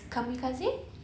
kamikaze